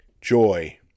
Joy